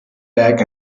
back